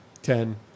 Ten